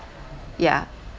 yeah